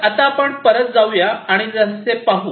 तर आता परत जाऊया आणि जरासे पाहू